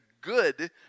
good